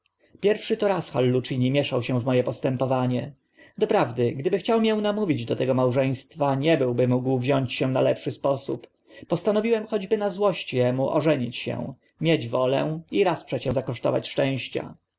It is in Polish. pierwszy to raz hallucini mieszał się w mo e postępowanie doprawdy gdyby chciał mię namówić do tego małżeństwa nie byłby mógł wziąć się na lepszy sposób postanowiłem choćby na złość emu ożenić się mieć wolę i raz przecię zakosztować szczęścia